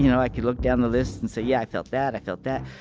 you know i could look down the list and say, yeah. i felt that. i felt that.